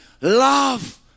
love